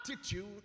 attitude